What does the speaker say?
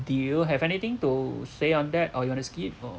do you have anything to say on that or you want to skip or